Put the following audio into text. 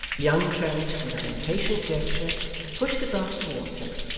young trent with an impatient gesture pushed the glass towards him,